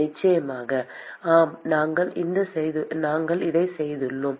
நிச்சயமாக ஆம் நாங்கள் இதைச் செய்துள்ளோம்